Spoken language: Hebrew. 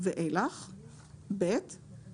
ובאישור ועדת הכלכלה של הכנסת,